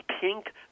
pink